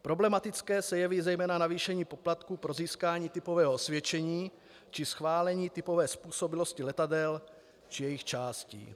Problematické se jeví zejména navýšení poplatků pro získání typového osvědčení či schválení typové způsobilosti letadel či jejich částí.